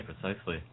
precisely